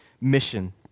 mission